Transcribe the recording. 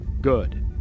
Good